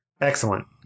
Excellent